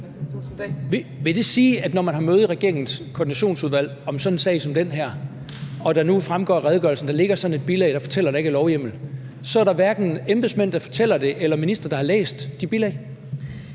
Vil det sige, at når man har møde i regeringens koordinationsudvalg om sådan en sag som den her og der, som det nu fremgår af redegørelsen, ligger et bilag, der fortæller, at der ikke er lovhjemmel, så er der hverken embedsmænd, der fortæller det, eller ministre, der har læst det bilag?